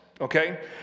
okay